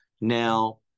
Now